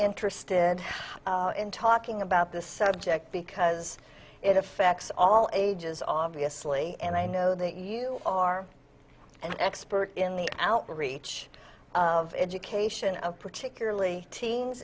interested in talking about this subject because it affects all ages obviously and i know that you are an expert in the outreach of education of particularly teens